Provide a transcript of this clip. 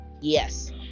Yes